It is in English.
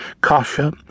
kasha